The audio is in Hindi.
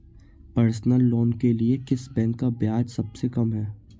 पर्सनल लोंन के लिए किस बैंक का ब्याज सबसे कम है?